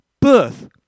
birth